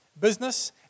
business